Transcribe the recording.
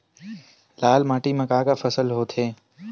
लाल माटी म का का फसल होथे?